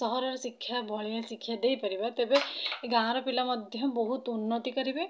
ସହରର ଶିକ୍ଷା ଭଳିଆ ଶିକ୍ଷା ଦେଇପାରିବା ତେବେ ଏ ଗାଁ'ର ପିଲା ମଧ୍ୟ ବହୁତ ଉନ୍ନତି କରିବେ